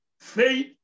faith